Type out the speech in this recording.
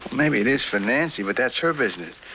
maybe it is for nancy but that's her business.